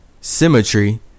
symmetry